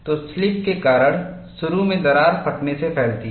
तो स्लिप के कारण शुरू में दरार फटने से फैलती है